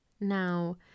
Now